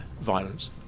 violence